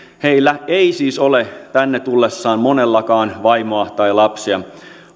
heillä ei siis ole tänne tullessaan monellakaan vaimoa tai lapsia